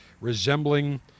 resembling